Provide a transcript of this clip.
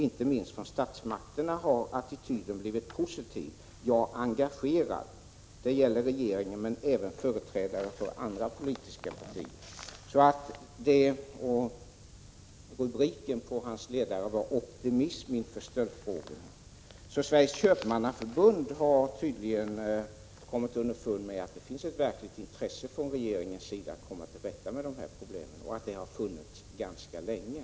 Inte minst från statsmakterna har attityden blivit positiv, ja engagerad. Det gäller bl.a. regeringen, men även företrädare för andra politiska partier.” Rubriken på ledaren var ”Optimism inför stöldfrågorna”. Så Sveriges Köpmannaförbund har tydligen kommit underfund med att det finns ett verkligt intresse från regeringens sida att komma till rätta med dessa problem och att intresset har funnits ganska länge.